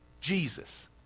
Jesus